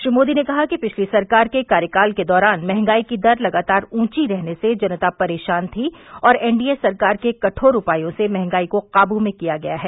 श्री मोदी ने कहा कि पिछली सरकार के कार्यकाल के दौरान महंगाई की दर लगातार ऊंची रहने से जनता परेशान थी और एनडीए सरकार के कठोर उपायों से महंगाई को काबू में किया गया है